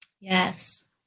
Yes